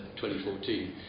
2014